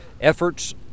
efforts